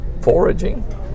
foraging